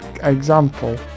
Example